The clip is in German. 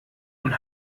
und